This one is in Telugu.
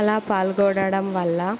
అలా పాల్గొనడం వల్ల